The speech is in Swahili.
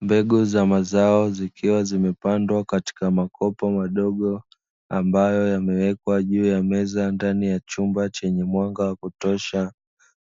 Mbegu za mazao zikiwa zimepandwa katika makopo madogo ambayo yamewekwa juu ya meza ndani ya chumba chenye mwanga wa kutosha